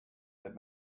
that